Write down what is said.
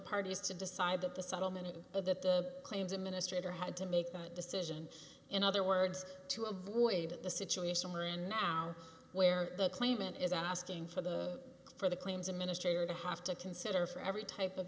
parties to decide that the settlement of the claims administrator had to make that decision in other words to avoid the situation we're in now where the claimant is asking for the for the claims administrator to have to consider for every type of